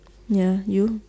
ya you